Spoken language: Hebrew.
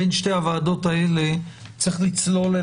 בין שתי הוועדות האלה צריך לצלול.